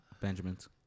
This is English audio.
Benjamins